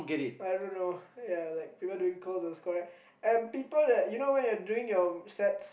I don't know ya like people like doing curls and squats right and people that you know when you're doing your sets